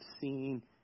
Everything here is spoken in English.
seen